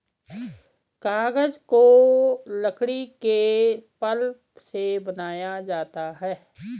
कागज को लकड़ी के पल्प से बनाया जाता है